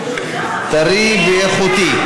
טרי ואיכותי.